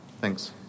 Thanks